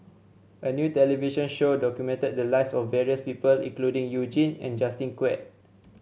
a new television show documented the lives of various people including You Jin and Justin Quek